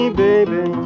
baby